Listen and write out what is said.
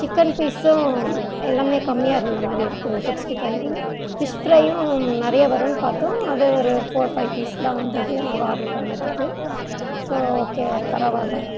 chicken பீஸும் எல்லாமே கம்மியாக இருந்த மாதிரி இருக்கு சிக்ஸ்ட்டி ஃபைவு ஃபிஷ் ஃப்ரையும் நிறைய வருன்னு பார்த்தோம் அது ஒரு ஃபோர் ஃபை பீஸ்தான் வந்துது நாங்கள் ஆட்ரு பண்ணதுக்கு ஸோ ஓகே பரவாயில்ல